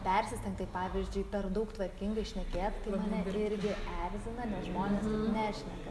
persistengt tai pavyzdžiui per daug tvarkingai šnekėt tai mane irgi erzina nes žmonės taip nešneka